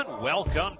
Welcome